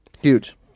huge